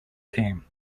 team